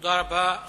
תודה רבה.